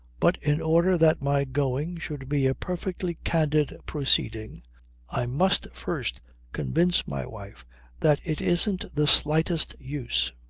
but in order that my going should be a perfectly candid proceeding i must first convince my wife that it isn't the slightest use,